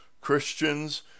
Christians